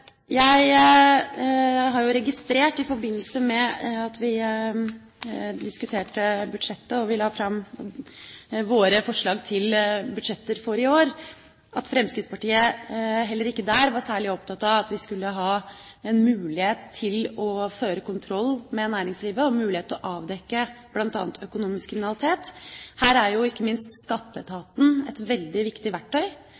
Jeg har i forbindelse med at vi diskuterte budsjettet og la fram våre forslag til budsjetter for i år, registrert at Fremskrittspartiet heller ikke da var særlig opptatt av at vi skulle ha mulighet til å føre kontroll med næringslivet og mulighet til å avdekke bl.a. økonomisk kriminalitet. Her er jo ikke minst